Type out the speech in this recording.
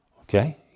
Okay